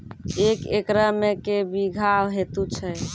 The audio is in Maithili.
एक एकरऽ मे के बीघा हेतु छै?